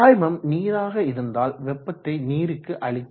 பாய்மம் நீராக இருந்தால் வெப்பத்தை நீருக்கு அளிக்கும்